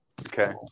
Okay